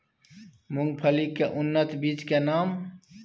मूंगफली के उन्नत बीज के नाम?